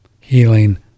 Healing